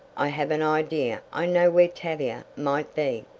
i have an idea i know where tavia might be.